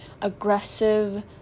Aggressive